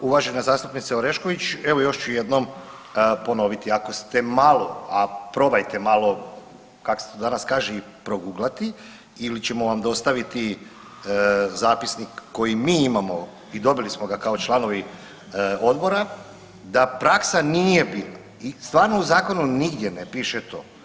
Pa uvažena zastupnice Orešković, evo još ću jednom ponoviti, ako ste malo, a probajte malo, kak se to danas kaže i proguglati ili ćemo vam dostaviti zapisnik koji mi imamo i dobili smo ga kao članovi Odbora, da praksa nije bila i stvarno u Zakonu nigdje ne piše to.